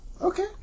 Okay